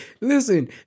Listen